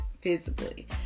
physically